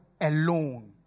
alone